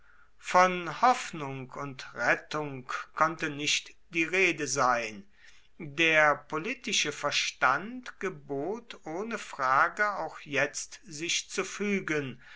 von hoffnung und rettung konnte nicht die rede sein der politische verstand gebot ohne frage auch jetzt sich zu